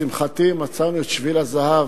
לשמחתי מצאנו את שביל הזהב,